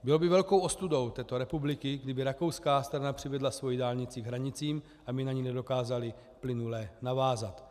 Bylo by velkou ostudou této republiky, kdyby rakouská strana přivedla svoji dálnici k hranicím a my na ni nedokázali plynule navázat.